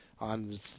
on